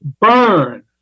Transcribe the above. burn